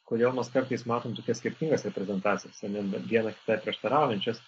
kodėl mes kartais matom tokias skirtingas reprezentacijas ane bet viena kitai prieštaraujančias